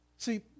See